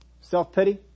Self-pity